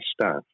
staff